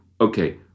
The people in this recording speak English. okay